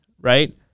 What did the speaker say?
right